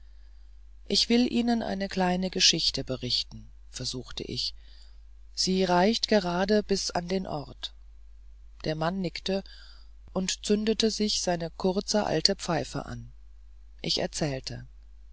ich will ihnen eine kleine geschichte berichten versuchte ich sie reicht gerade bis an den ort der mann nickte und zündete sich seine kurze alte pfeife an ich erzählte